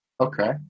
okay